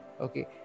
Okay